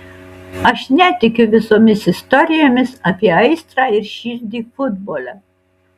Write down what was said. aš netikiu visomis istorijomis apie aistrą ir širdį futbole